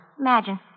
Imagine